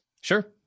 Sure